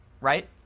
right